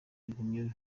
ibihumyo